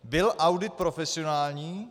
Byl audit profesionální?